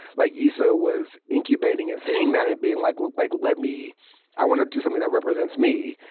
like, issa was incubating and seeing that and being like, well, like let me i want to do something that represents me.